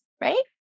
right